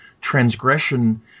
transgression